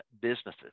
businesses